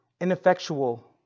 ineffectual